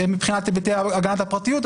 מבחינת היבטי הגנת הפרטיות,